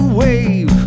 wave